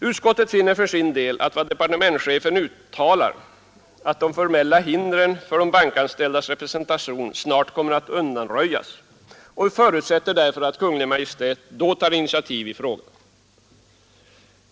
Av vad departementschefen uttalar har utskottet funnit att de formella hindren för de bankanställdas representation snart kommer att undanröjas. Utskottet förutsätter därför att Kungl. Maj:t då tar initiativ i frågan.